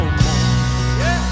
more